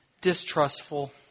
distrustful